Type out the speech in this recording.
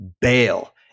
bail